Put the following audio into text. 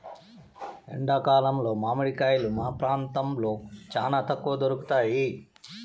ఎండా కాలంలో మామిడి కాయలు మా ప్రాంతంలో చానా తక్కువగా దొరుకుతయ్